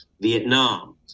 Vietnam